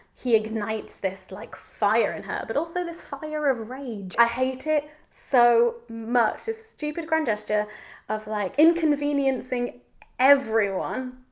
he ignites this like fire in her but also this fire of rage. i hate it so much a stupid grand gesture of like inconveniencing everyone.